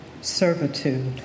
servitude